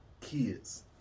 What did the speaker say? kids